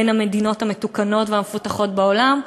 בין המדינות המתוקנות והמפותחות בעולם,